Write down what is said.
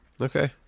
okay